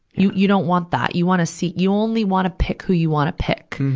you, you don't want that. you wanna see, you only wanna pick who you wanna pick.